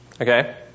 Okay